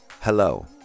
hello